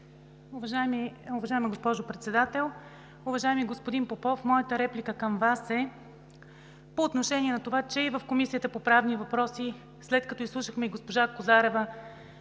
Уважаема госпожо Председател! Уважаеми господин Попов, моята реплика към Вас е по отношение на това, че в Комисията по правни въпроси, след като изслушахме госпожа Козарева